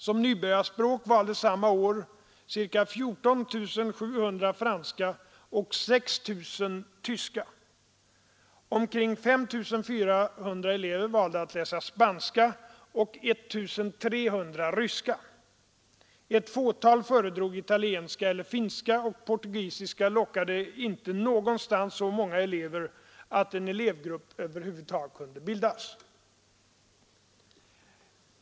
Som nybörjarspråk valde samma år ca 14 700 franska och 6 000 tyska. Omkring 5 400 elever valde att läsa spanska och 1 300 ryska. Ett fåtal föredrog italienska eller finska, och portugisiska lockade inte någonstans så många elever att en elevgrupp över huvud taget kunde bildas.